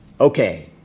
Okay